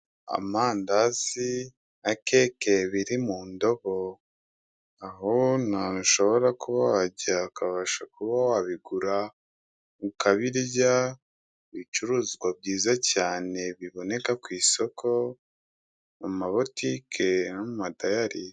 Amandazi na keke biri mu ndobo, aho naho ushobora kuba wajya ukabasha kuba wabigura ukabirya, ibicuruzwa byiza cyane biboneka ku isoko, amabotike n'amadayari.